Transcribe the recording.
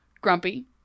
Grumpy